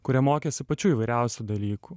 kurie mokėsi pačių įvairiausių dalykų